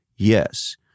Yes